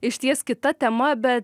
išties kita tema bet